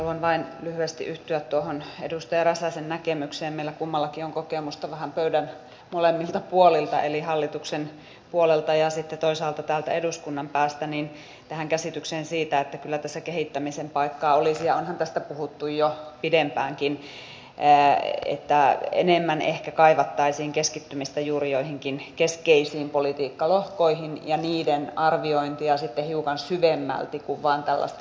haluan vain lyhyesti yhtyä tuohon edustaja räsäsen näkemykseen meillä kummallakin on kokemusta vähän pöydän molemmilta puolilta eli hallituksen puolelta ja sitten toisaalta täältä eduskunnan päästä tähän käsitykseen siitä että kyllä tässä kehittämisen paikkaa olisi ja onhan tästä puhuttu jo pidempäänkin että enemmän ehkä kaivattaisiin keskittymistä juuri joihinkin keskeisiin politiikkalohkoihin ja niiden arviointiin ja sitten hiukan syvemmälti kuin vain tällaista luettelointia